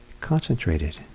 concentrated